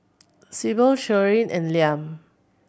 Syble Sherilyn and Liam